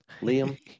Liam